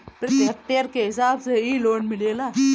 प्रति हेक्टेयर के हिसाब से इ लोन मिलेला